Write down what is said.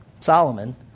Solomon